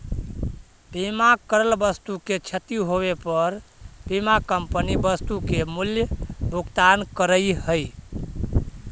बीमा करल वस्तु के क्षती होवे पर बीमा कंपनी वस्तु के मूल्य भुगतान करऽ हई